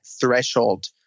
threshold